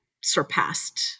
surpassed